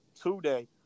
today